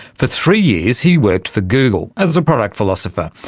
for three years he worked for google as a product philosopher.